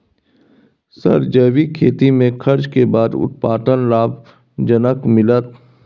Sir जैविक खेती में खर्च के बाद उत्पादन लाभ जनक मिलत?